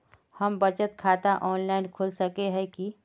हम बचत खाता ऑनलाइन खोल सके है की?